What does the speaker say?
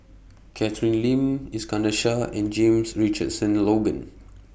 Catherine Lim Iskandar Shah and James Richardson Logan